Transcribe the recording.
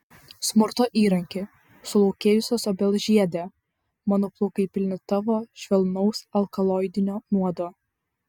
smurto įranki sulaukėjusios obels žiede mano plaukai pilni tavo švelnaus alkaloidinio nuodo